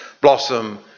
blossom